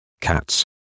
cats